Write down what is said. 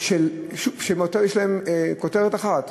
שיש להן כותרת אחת: